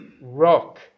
rock